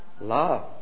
love